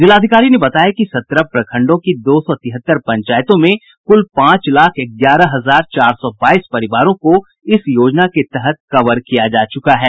जिलाधिकारी ने बताया कि सत्रह प्रखंडों की दो सौ तिहत्तर पंचायतों में कुल पांच लाख ग्यारह हजार चार सौ बाईस परिवारों को इस योजना के तहत कवर किया जा चुका है